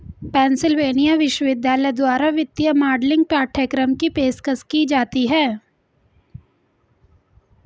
Pennsylvania विश्वविद्यालय द्वारा वित्तीय मॉडलिंग पाठ्यक्रम की पेशकश की जाती हैं